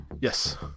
Yes